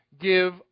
Give